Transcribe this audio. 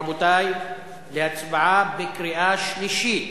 רבותי, להצבעה בקריאה שלישית.